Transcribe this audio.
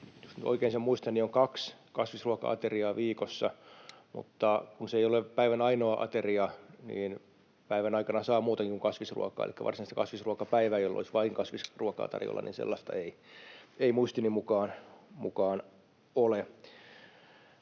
oikein sen muistan — on kaksi kasvisruoka-ateriaa viikossa, mutta kun se ei ole päivän ainoa ateria, niin päivän aikana saa muutakin kuin kasvisruokaa, elikkä varsinaista kasvisruokapäivää ei ole ollut. Sellaista, että vain kasvisruokaa tarjolla, ei muistini mukaan ole.